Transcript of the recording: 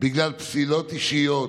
בגלל פסילות אישיות,